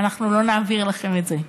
אנחנו לא נעביר לכם את זה.